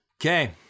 Okay